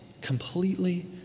completely